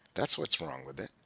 that's what's wrong with it.